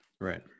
right